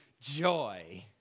joy